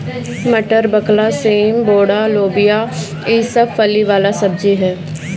मटर, बकला, सेम, बोड़ा, लोबिया ई सब फली वाला सब्जी ह